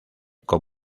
con